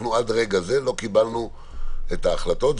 עד לרגע זה לא קיבלנו את ההחלטות,